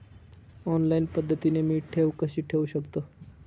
Online पद्धतीने मी ठेव कशी ठेवू शकतो?